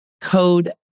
code